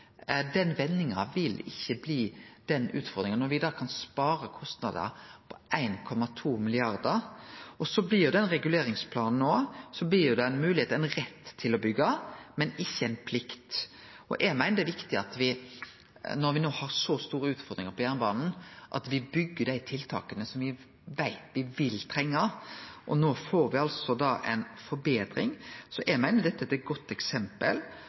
Den vendinga vil ikkje bli den utfordringa, når me da kan spare kostnadar på 1,2 mrd. kr. Med den reguleringsplanen no blir det ei moglegheit, ein rett til å byggje, men ikkje ei plikt. Eg meiner det er viktig at me, når me no har så store utfordringar på jernbanen, byggjer dei tiltaka me veit me vil trenge. No får me altså ei forbetring, så eg meiner dette er eit godt eksempel